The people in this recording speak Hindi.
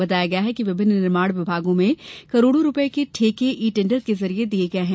बताया गया है कि विभिन्न निर्माण विभागों में करोड़ों रूपये के ठेके ई टेंडर के जरिए दिए गए हैं